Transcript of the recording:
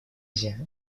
азия